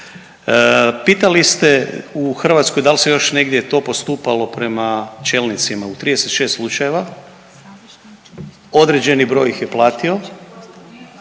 Pitali ste u Hrvatskoj dal se još negdje to postupalo prema čelnicima? U 36 slučajeva, određeni broj ih je platio.